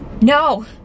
No